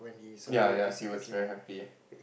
ya ya he was very happy